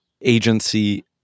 agency